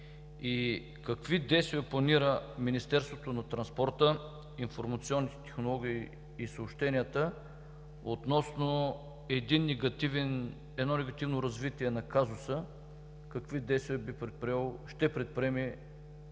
Какви действия планира Министерството на транспорта, информационните технологии и съобщенията относно едно негативно развитие на казуса? Какви действия би предприело